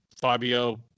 Fabio